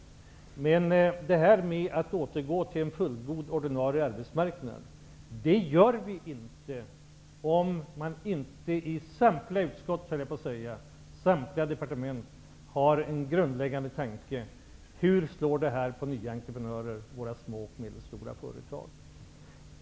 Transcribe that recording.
Men vi återgår inte till en fullgod ordinarie arbetsmarknad om man inte i samtliga departement har den grundläggande inställningen att tänka på vilken effekt detta får när det gäller nya entreprenörer och våra små och medelstora företag.